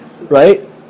right